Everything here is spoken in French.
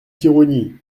khirouni